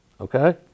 Okay